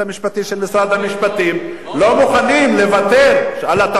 המשפטים לא מוכנים לוותר על הטעויות שלהם,